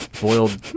boiled